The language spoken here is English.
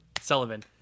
Sullivan